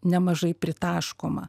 nemažai pritaškoma